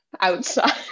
outside